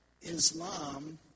Islam